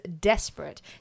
desperate